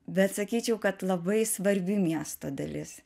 bet sakyčiau kad labai svarbi miesto dalis